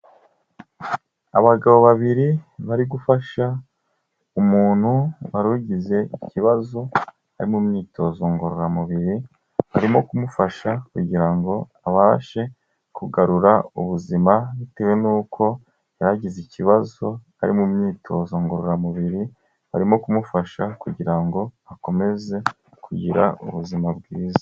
Abagabo babiri bari gufasha umuntu wari ugize ikibazo ari mu myitozo ngororamubiri, barimo kumufasha kugira ngo abashe kugarura ubuzima bitewe nuko yari agize ikibazo ari mu myitozo ngororamubiri, barimo kumufasha kugira ngo akomeze kugira ubuzima bwiza.